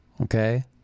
Okay